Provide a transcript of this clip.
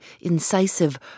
incisive